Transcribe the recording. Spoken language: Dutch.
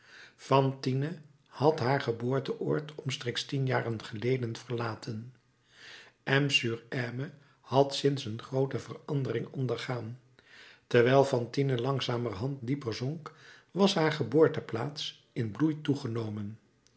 fantine had haar geboorteoord omstreeks tien jaar geleden verlaten m sur m had sinds een groote verandering ondergaan terwijl fantine langzamerhand dieper zonk was haar geboorteplaats in bloei toegenomen